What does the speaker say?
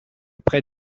près